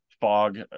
fog